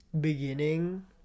beginning